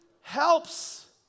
Helps